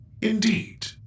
Indeed